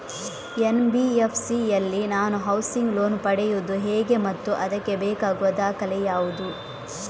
NBFC ಯಲ್ಲಿ ನಾನು housing loan ಪಡೆಯುದು ಹೇಗೆ ಮತ್ತು ಅದಕ್ಕೆ ಬೇಕಾಗುವ ದಾಖಲೆ ಯಾವುದು?